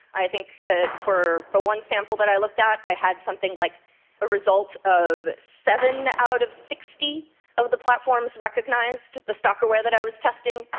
i think that for for one sample that i looked at i had something like a result of seven out of sixty of the platforms recognized the stalkerware that i was testing.